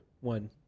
one